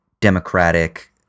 democratic